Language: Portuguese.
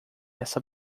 essa